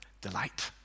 delight